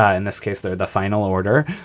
ah in this case, they're the final order.